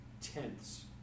tenths